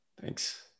Thanks